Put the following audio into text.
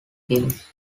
kings